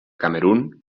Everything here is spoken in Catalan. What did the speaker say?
camerun